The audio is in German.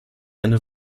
eine